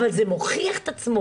אבל זה מוכיח את עצמו.